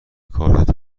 کارت